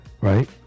right